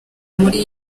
muri